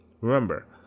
Remember